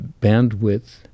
bandwidth